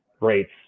rates